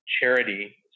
charity